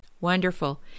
Wonderful